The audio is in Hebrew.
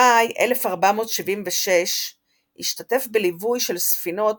במאי 1476 השתתף בליווי של ספינות